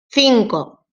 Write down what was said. cinco